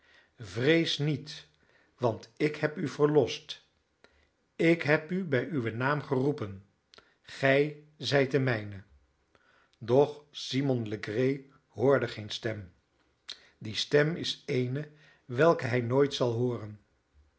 vrees niet want ik heb u verlost ik heb u bij uwen naam geroepen gij zijt de mijne doch simon legree hoorde geen stem die stem is eene welke hij nooit zal hooren